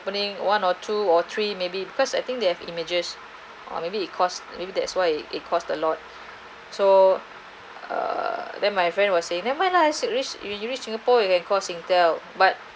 opening one or two or three maybe because I think they have images or maybe it cost or maybe that's why it caused a lot so err then my friend was saying never mind lah he said reach you you reach singapore you can call Singtel but